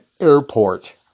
airport